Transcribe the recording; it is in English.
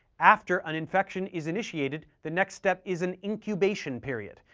after an infection is initiated, the next step is an incubation period,